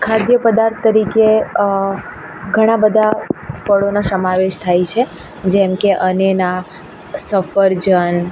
ખાદ્ય પદાર્થ તરીકે ઘણા બધા ફળોનો સમાવેશ થાય છે જેમ કે અનેનાસ સફરજન